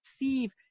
receive